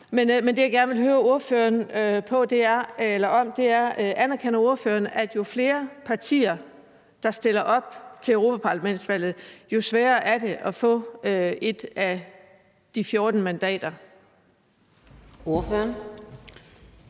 Men det, jeg gerne vil høre ordføreren om, er: Anerkender ordføreren, at jo flere partier der stiller op til europaparlamentsvalget, jo sværere er det at få et af de 14 mandater?